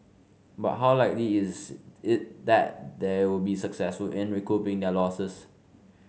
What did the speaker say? but how likely is it that they would be successful in recouping their losses